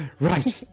right